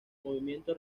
movimiento